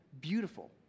beautiful